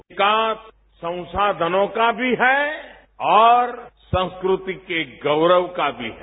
ये विकास संसाधनों का भी है और संस्कृति के गौरव का भी है